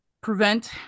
prevent